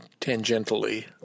tangentially